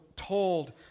told